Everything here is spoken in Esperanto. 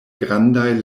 grandaj